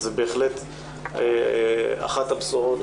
זו באמת אחת הבשורות